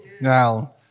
Now